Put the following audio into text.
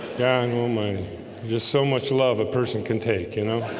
and oh my just so much love a person can take you know